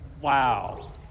wow